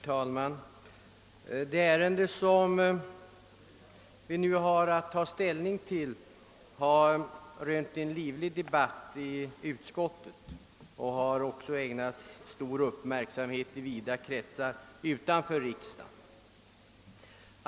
Herr talman! Det ärende som vi nu har att ta ställning till har ägnats en livlig debatt i utskottet och har också rönt stor uppmärksamhet utanför riksdagen.